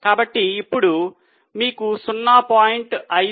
కాబట్టి ఇప్పుడు మీకు 0